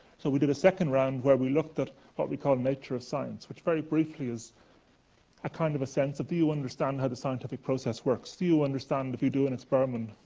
so we did a second round where we looked at what we call nature of science, which very briefly is a kind of a sense of, do you understand how the scientific process works? do you understand if you do an experiment,